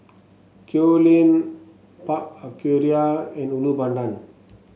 Kew Lane Park Aquaria and Ulu Pandan